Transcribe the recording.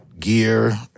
gear